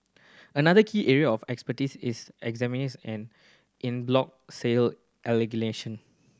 another key area of expertise is an in bloc sale litigation